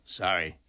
sorry